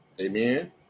Amen